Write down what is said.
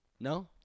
no